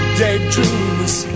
daydreams